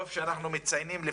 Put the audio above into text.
טוב שאנחנו מציינים,